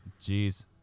Jeez